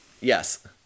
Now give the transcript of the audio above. Yes